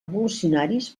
revolucionaris